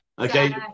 Okay